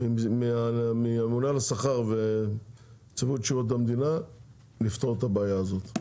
אני מצפה מהממונה על השכר ומנציבות שירות המדינה לפתור את הבעיה הזאת.